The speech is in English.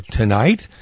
tonight